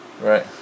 Right